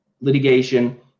litigation